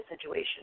situation